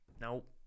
Nope